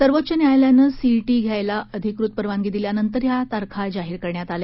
सर्वोच्च न्यायालयानं सीईटी घेण्यास अधिकृत परवानगी दिल्यानंतर या तारखा जाहीर करण्यात आल्या